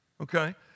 okay